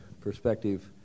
perspective